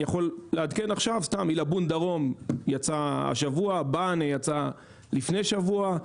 אני יכול לעדכן עכשיו שעילבון דרום יצא השבוע; בענה יצא לפני שבוע;